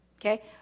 okay